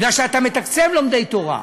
כי אתה מתקצב לומדי תורה,